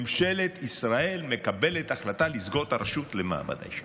ממשלת ישראל מקבלת החלטה לסגור את הרשות למעמד האישה.